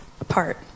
apart